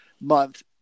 month